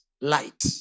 light